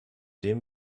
dem